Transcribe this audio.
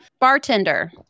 Bartender